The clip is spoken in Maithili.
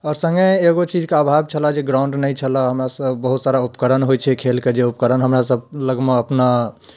आओर सङ्गे एगो चीज कऽ अभाव छलऽ जे ग्राउण्ड नहि छलऽ हमरा सभ बहुत सारा उपकरण होइत छै खेलके जे उपकरण हमरा सभ लगमे अपना